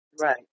Right